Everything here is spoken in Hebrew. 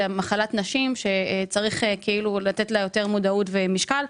זה מחלת נשים שצריך שתהיה לגביה יותר מודעות ולתת לה יותר משקל.